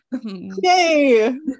yay